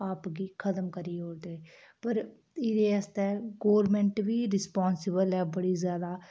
आप गी खतम करी ओड़ेदे पर एह्दे आस्तै गौरमेंट बी रिस्पांसिबल ऐ बड़ी जादा